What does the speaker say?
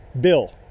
Bill